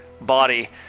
body